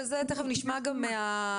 ואת זה תיכף נשמע גם מהנציג,